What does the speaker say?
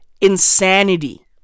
insanity